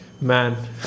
man